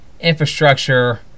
infrastructure